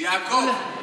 יושב-ראש הוועדה יעקב,